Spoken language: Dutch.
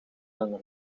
een